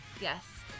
Yes